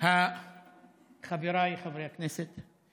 חבריי חברי הכנסת,